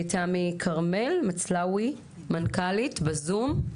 תמי כרמל מצלאוי, מנכ"לית, בזום.